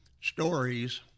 stories